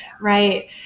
Right